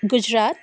Gujarat